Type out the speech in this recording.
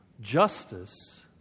Justice